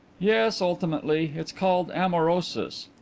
yes, ultimately. it's called amaurosis.